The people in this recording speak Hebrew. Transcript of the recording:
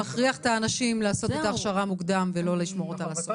זה מכריח את האנשים לעשות את ההכשרה מוקדם ולא לשמור אותה לסוף.